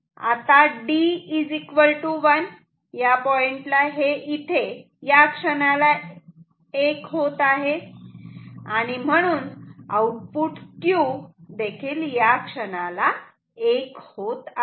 आता D 1 या पॉइंटला हे इथे या क्षणाला 1 होत आहे आणि म्हणून आउटपुट Q या क्षणाला 1 होत आहे